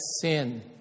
sin